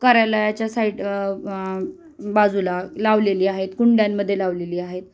कार्यालयाच्या साईड बाजूला लावलेली आहेत कुंड्यांमध्ये लावलेली आहेत